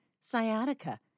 sciatica